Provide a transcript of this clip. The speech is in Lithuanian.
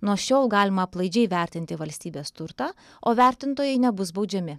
nuo šiol galima aplaidžiai vertinti valstybės turtą o vertintojai nebus baudžiami